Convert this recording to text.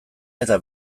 eta